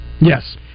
yes